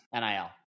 NIL